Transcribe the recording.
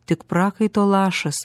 tik prakaito lašas